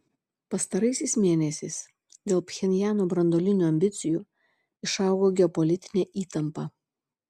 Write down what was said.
pastaraisiais mėnesiais dėl pchenjano branduolinių ambicijų išaugo geopolitinė įtampa